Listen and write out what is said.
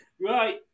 Right